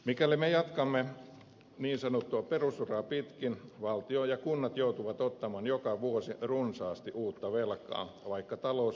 mikäli me jatkamme niin sanottua perusuraa pitkin valtio ja kunnat joutuvat ottamaan joka vuosi runsaasti uutta velkaa vaikka talous kääntyisikin nyt kasvuun